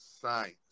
science